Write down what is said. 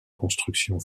construction